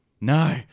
No